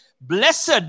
blessed